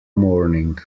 morning